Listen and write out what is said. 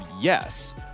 yes